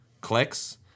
clicks